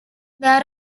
there